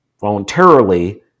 voluntarily